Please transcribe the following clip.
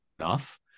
enough